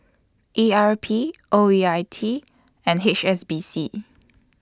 E R P O E I T and H S B C